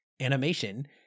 animation